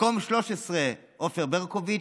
מקום 13, עופר ברקוביץ'